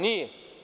Nije.